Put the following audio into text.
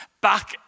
Back